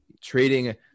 trading